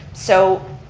so